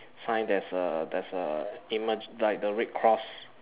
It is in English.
sign there's a there's a like the red cross